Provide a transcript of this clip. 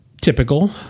typical